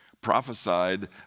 prophesied